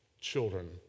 children